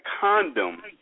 condom